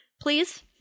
please